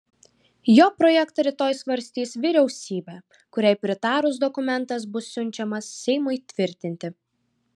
jo projektą rytoj svarstys vyriausybė kuriai pritarus dokumentas bus siunčiamas seimui tvirtinti